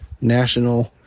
national